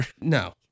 no